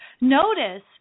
Notice